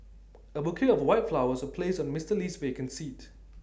A bouquet of white flowers was placed on Mister Lee's vacant seat